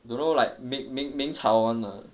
don't know like 明明明朝 one ah